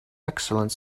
excellent